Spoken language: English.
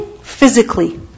physically